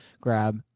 grab